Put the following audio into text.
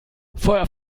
feuer